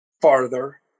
farther